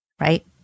right